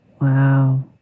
Wow